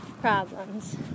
problems